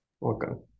Welcome